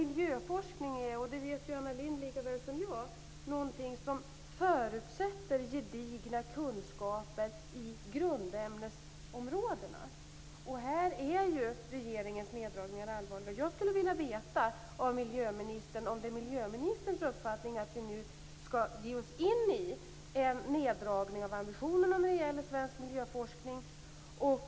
Miljöforskning är, och det vet ju Anna Lindh lika väl som jag, något som förutsätter gedigna kunskaper i grundämnesområdena. Här är ju regeringens neddragningar allvarliga. Jag skulle vilja veta av miljöministern om det är miljöministerns uppfattning att vi nu skall ge oss in i en neddragning av ambitionerna när det gäller svensk miljöforskning.